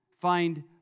find